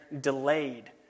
delayed